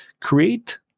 create